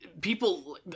People